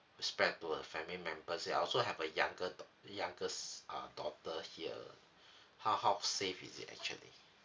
spread to a family members so I also have a younger dau~ youngest uh daughter here how how safe is it actually